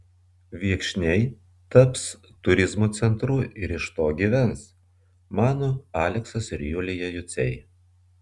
viekšniai taps turizmo centru ir iš to gyvens mano aleksas ir julija juciai